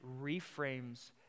reframes